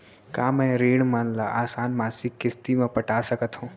का मैं ऋण मन ल आसान मासिक किस्ती म पटा सकत हो?